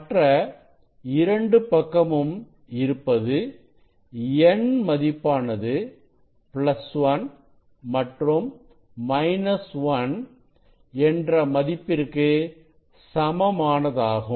மற்ற இரண்டு பக்கமும் இருப்பது n மதிப்பானது 1 மற்றும் 1 என்ற மதிப்பிற்கு சமமானதாகும்